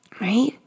right